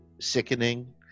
sickening